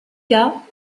cas